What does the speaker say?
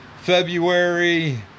February